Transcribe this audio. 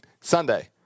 Sunday